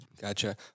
Gotcha